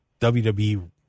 WWE